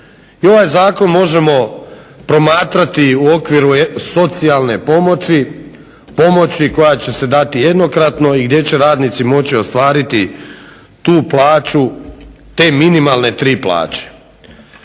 ovaj Zakon možemo promatrati u okviru socijalne pomoći, pomoći koja će se dati jednokratno i gdje će radnici moći ostvariti tu plaću, te minimalne tri plaće.